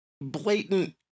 blatant